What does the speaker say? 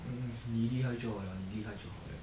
mm 你厉害就好了你厉害就好了